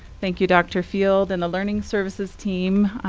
thank you dr field, and the learning services team,